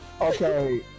Okay